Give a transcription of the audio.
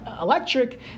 electric